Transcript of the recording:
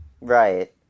Right